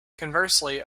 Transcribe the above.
conversely